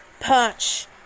punch